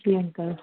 जी uncle